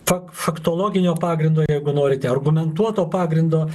fak faktologinio pagrindo jeigu norite argumentuoto pagrindo